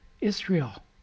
Israel